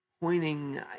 pointing